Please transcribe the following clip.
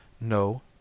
No